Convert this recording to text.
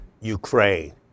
Ukraine